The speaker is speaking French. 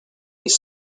les